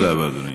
תודה רבה, אדוני.